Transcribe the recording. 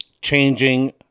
changing